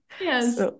Yes